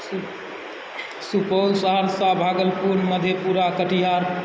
Supaul Saharsa Bhagalpur Madhepura Katihar